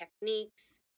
techniques